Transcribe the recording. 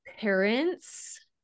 parents